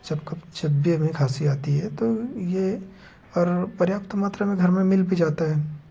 जब कप जब भी हमें खाँसी आती है तो ये और पर्याप्त मात्रा में घर में मिल भी जाता है